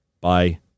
bye